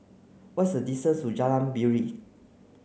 what's the distance to Jalan Piring